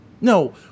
No